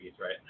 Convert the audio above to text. right